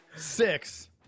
Six